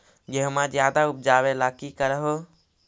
गेहुमा ज्यादा उपजाबे ला की कर हो?